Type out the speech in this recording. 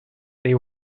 they